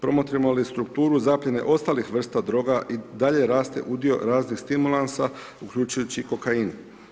Promotrimo li strukturu zapljene ostalih vrsta droga i dalje raste udio raznih stimulansa uključujući kokain.